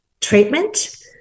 treatment